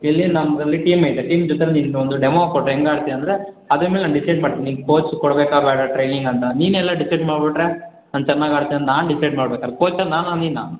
ಇಲ್ಲಿ ನಮ್ದೊಂದು ಟೀಮ್ ಐತೆ ಟೀಮ್ ಜೊತೆ ನೀನು ಒಂದು ಡೆಮೋ ಕೊಟ್ಟರೆ ಹೇಗೆ ಆಡ್ತೀಯ ಅಂದರೆ ಅದ್ರ ಮೇಲೆ ನಾನು ಡಿಸೈಡ್ ಮಾಡ್ತೀನಿ ಕೋಚ್ ಕೊಡ್ಬೇಕ ಬೇಡ್ವಾ ಟ್ರೈನಿಂಗ್ ಅಂತ ನೀನೆ ಎಲ್ಲ ಡಿಸೈಡ್ ಮಾಡಿಬಿಟ್ರೆ ನಾನು ಚೆನ್ನಾಗಿ ಆಡ್ತೀನಿ ಅಂತ ನಾನು ಡಿಸೈಡ್ ಮಾಡಬೇಕಲ್ಲ ಕೋಚರ್ ನಾನಾ ನೀನಾ